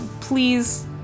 please